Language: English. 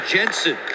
Jensen